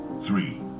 Three